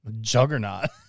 Juggernaut